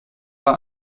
war